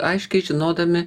aiškiai žinodami